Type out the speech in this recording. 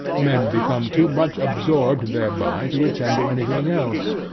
men become too much absorbed thereby to attend to any thing else.